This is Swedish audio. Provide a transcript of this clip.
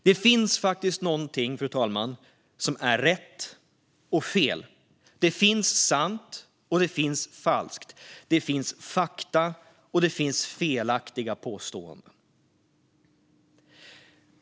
Det finns faktiskt någonting som är rätt och fel. Det finns sant, och det finns falskt. Det finns fakta, och det finns felaktiga påståenden.